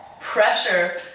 pressure